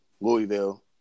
Louisville